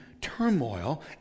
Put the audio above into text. turmoil